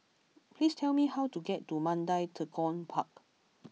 please tell me how to get to Mandai Tekong Park